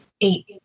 eight